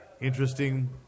Interesting